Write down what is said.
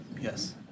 Yes